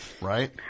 Right